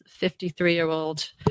53-year-old